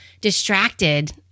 distracted